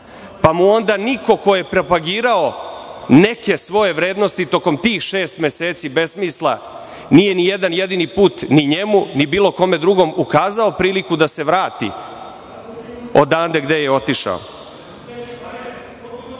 mu niko ko je propagirao neke svoje vrednosti tokom tih šest meseci besmisla nije ni jedan jedini put ni njemu ni bilo kome drugom ukazao priliku da se vrati odande gde je otišao.